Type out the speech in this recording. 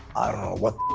i don't know what